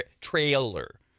trailer